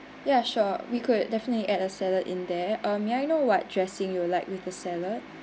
ya sure we could definitely add a salad in there uh may I know what dressing you like with the salad